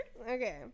Okay